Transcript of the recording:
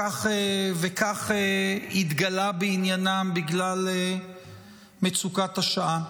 אבל כך התגלה בעניינם, בגלל מצוקת השעה.